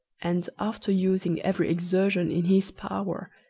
and, after using every exertion in his power,